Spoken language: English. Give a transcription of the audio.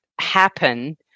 happen